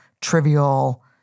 trivial